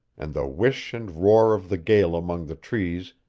and the whish and roar of the gale among the trees,